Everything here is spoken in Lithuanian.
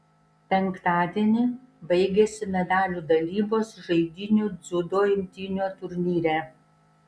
penktadienį baigėsi medalių dalybos žaidynių dziudo imtynių turnyre